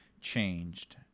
changed